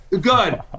Good